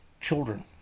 children